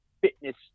fitness